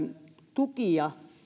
tukia